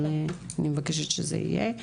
אבל אני מבקש שזה יהיה.